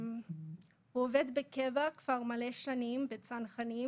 הוא עובד בקבע כבר מלא שנים, בצנחנים